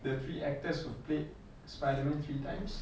the three actors who played spiderman three times